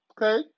Okay